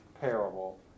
parable